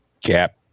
Gap